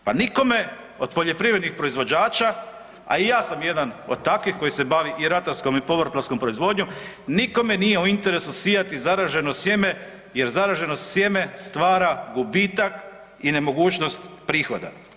Pa nikome od poljoprivrednih proizvođača, a i ja sam jedan od takvih koji se bavi i ratarskom i povrtlarskom proizvodnjom, nikome nije u interesu sijati zaraženo sjeme jer zaraženo sjeme stvara gubitak i nemogućnost prihoda.